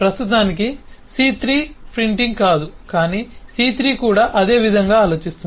ప్రస్తుతానికి C3 printing కాదు కాని C3 కూడా అదే విధంగా ఆలోచిస్తుంది